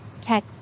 tech